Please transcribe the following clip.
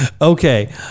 Okay